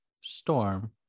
Storm